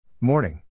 Morning